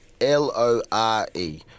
L-O-R-E